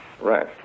Right